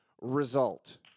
result